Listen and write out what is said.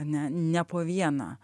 ne ne po vieną